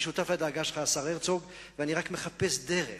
אני שותף לדאגה שלך, השר הרצוג, ואני רק מחפש דרך,